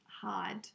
hard